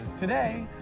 Today